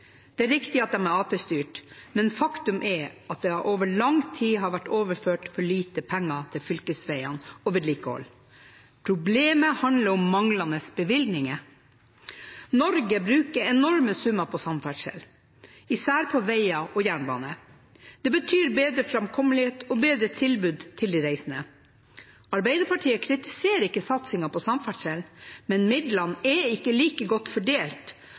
Det er riktig at de er Arbeiderparti-styrte, men faktum er at det over lang tid har vært overført for lite penger til fylkesveiene og til vedlikehold. Problemet handler om manglende bevilgninger. Norge bruker enorme summer på samferdsel, især på veier og jernbane. Det betyr bedre framkommelighet og bedre tilbud til de reisende. Arbeiderpartiet kritiserer ikke satsingen på samferdsel, men midlene er ikke like godt fordelt.